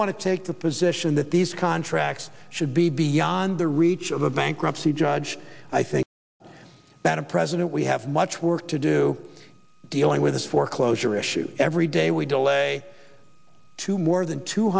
want to take the position that these contracts should be beyond the reach of a bankruptcy judge i think that a president we have much work to do dealing with this foreclosure issue every day we delay to more than two